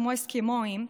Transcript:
כמו אסקימואים,